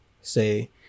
say